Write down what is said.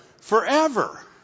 Forever